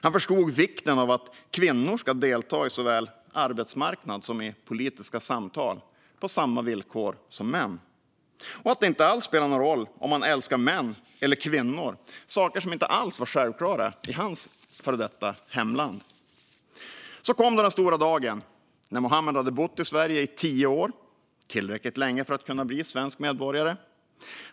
Han förstod vikten av att kvinnor ska delta såväl på arbetsmarknaden som i politiska samtal på samma villkor som män och att det inte alls spelar någon roll om man älskar män eller kvinnor - saker som inte alls var självklara i hans före detta hemland. Så kom den stora dagen när Muhammed hade bott i Sverige i tio år, alltså tillräckligt länge för att kunna bli svensk medborgare.